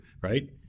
right